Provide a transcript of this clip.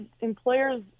employers